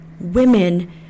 Women